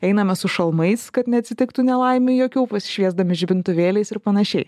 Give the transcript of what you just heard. einame su šalmais kad neatsitiktų nelaimių jokių pasišviesdami žibintuvėliais ir panašiai